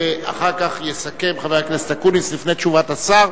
ואחר כך יסכם חבר הכנסת אקוניס לפני תשובת השר,